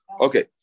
Okay